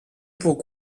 pour